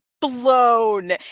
blown